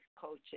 coaches